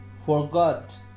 forgot